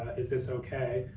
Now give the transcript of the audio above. is this okay?